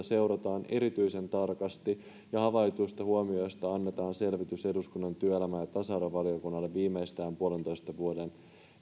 seurataan erityisen tarkasti ja havaituista huomioista annetaan selvitys eduskunnan työelämä ja ja tasa arvoavaliokunnalle viimeistään puolentoista vuoden